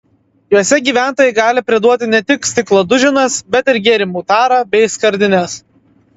juose gyventojai gali priduoti ne tik stiklo duženas bet ir gėrimų tarą bei skardines